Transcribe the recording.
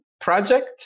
project